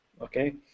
okay